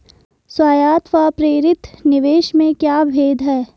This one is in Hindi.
स्वायत्त व प्रेरित निवेश में क्या भेद है?